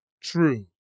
true